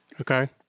Okay